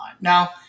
Now